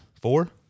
Four